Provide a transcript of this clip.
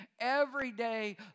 everyday